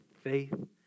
faith